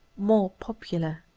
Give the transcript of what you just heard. more popular.